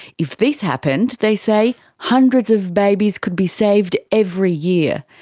if this happened they say hundreds of babies could be saved every year,